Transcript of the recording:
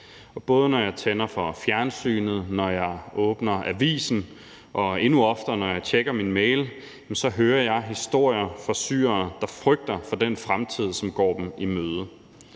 både når jeg tænder for fjernsynet, når jeg åbner avisen, og endnu oftere når jeg tjekker min e-mail, hører jeg historier fra syrere, der frygter for den fremtid, som de går i møde.